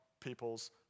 people's